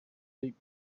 deep